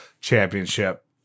championship